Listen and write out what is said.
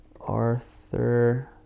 Arthur